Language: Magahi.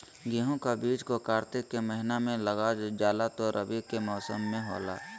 गेहूं का बीज को कार्तिक के महीना में लगा जाला जो रवि के मौसम में होला